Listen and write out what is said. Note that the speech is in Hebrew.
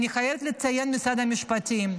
אני חייבת לציין את משרד המשפטים.